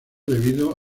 debido